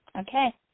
Okay